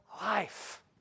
life